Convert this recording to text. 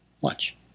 Watch